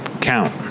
count